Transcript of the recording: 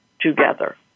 Together